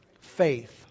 faith